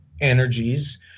energies